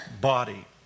body